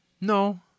No